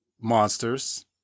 monsters